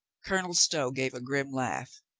colonel stow gave a grim laugh.